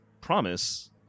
promise